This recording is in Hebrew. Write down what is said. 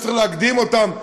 שצריך להקדים אותן,